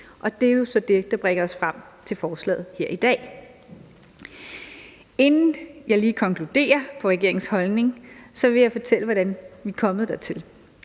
jo så det, der bringer os frem til forslaget her i dag. Kl. 12:27 Inden jeg lige konkluderer på regeringens holdning, vil jeg fortælle, hvordan vi er kommet dertil.